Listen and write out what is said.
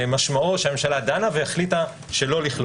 משמעו שהממשלה דנה והחליטה לא לכלול